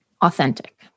authentic